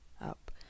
up